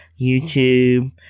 YouTube